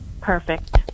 Perfect